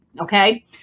okay